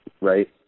right